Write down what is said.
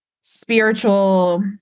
spiritual